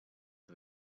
for